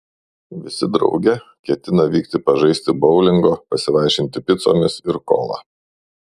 visi drauge ketina vykti pažaisti boulingo pasivaišinti picomis ir kola